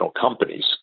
companies